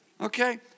Okay